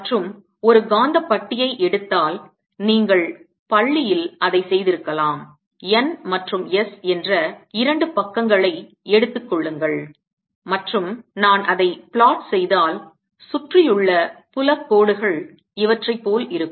மற்றும் ஒரு காந்தப் பட்டியை எடுத்தால் நீங்கள் பள்ளியில் அதை செய்திருக்கலாம் N மற்றும் S என்ற இரண்டு பக்கங்களை எடுத்துக் கொள்ளுங்கள் மற்றும் நான் அதை plot செய்தால் சுற்றியுள்ள புலக் கோடுகள் இவற்றைப் போல் இருக்கும்